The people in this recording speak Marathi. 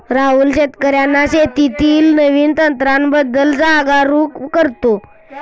राहुल शेतकर्यांना शेतीतील नवीन तंत्रांबद्दल जागरूक करतो